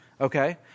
Okay